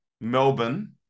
Melbourne